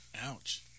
Ouch